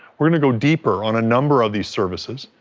we're going to go deeper on a number of these services,